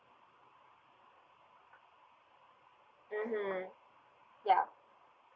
mmhmm ya